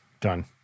done